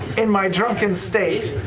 in my drunken state,